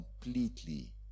completely